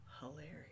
hilarious